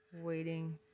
Waiting